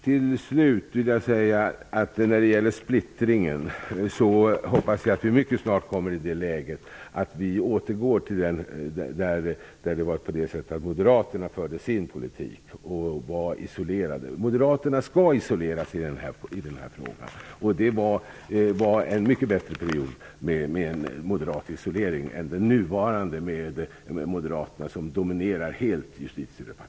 När det gäller splittringen vill jag till slut säga att jag hoppas att vi mycket snart återgår till det läge då moderaterna förde sin politik och var isolerade. Moderaterna skall isoleras i denna fråga. Perioden med moderat isolering var mycket bättre än den nuvarande, då moderaterna helt dominerar